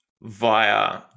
via